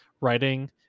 writing